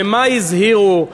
ממה הזהירו.